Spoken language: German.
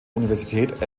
universität